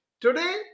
today